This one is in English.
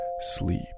sleep